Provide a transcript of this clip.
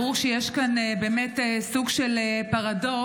ברור שיש כאן סוג של פרדוקס,